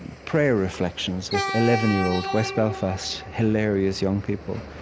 prayer reflections with eleven year old, west belfast, hilarious young people.